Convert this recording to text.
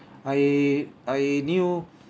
I I knew